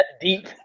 deep